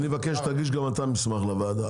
אני מבקש שתגיש גם אתה מסמך לוועדה.